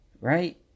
Right